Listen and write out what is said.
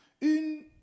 une